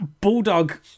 bulldog